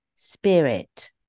spirit